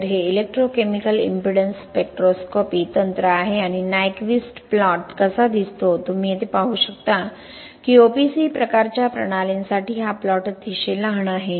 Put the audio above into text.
तर हे electrochemical impedance spectroscopy तंत्र आहे आणि नायक्वीस्ट प्लॉट कसा दिसतो तुम्ही येथे पाहू शकता की OPC प्रकारच्या प्रणालींसाठी हा प्लॉट अतिशय लहान आहे